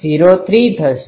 03 થશે